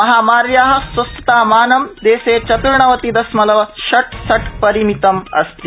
महामार्या स्वस्थतामानम् देशे चत्र्णवति दशमलव षट्षट्परिमितम् अस्ति